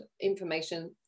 information